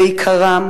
בעיקרם